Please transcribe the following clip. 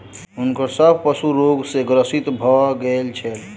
हुनकर सभ पशु रोग सॅ ग्रसित भ गेल छल